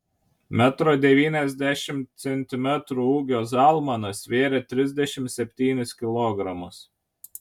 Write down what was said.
metro devyniasdešimt centimetrų ūgio zalmanas svėrė trisdešimt septynis kilogramus